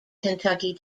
kentucky